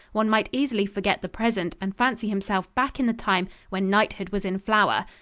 one might easily forget the present and fancy himself back in the time when knighthood was in flower,